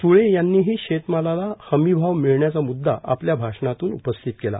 सुळे यांनीही शेतमालाला हमी भाव मिळण्याचा मुददा आपल्या भाषणातून उपस्थित केला